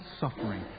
suffering